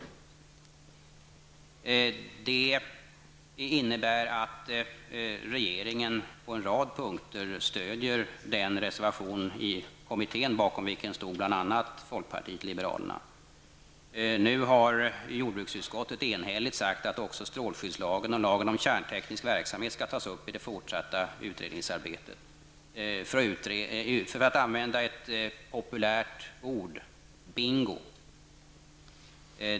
Det innebär att regeringen på en rad punkter stöder den reservation i kommittén som bl.a. folkpartiet liberalerna står bakom. Nu har jordbruksutskottet enhälligt sagt att också strålskyddslagen och lagen om kärnteknik verksamhet skall tas upp i det fortsatta utredningsarbetet. För att använda ett populärt ord: Bingo!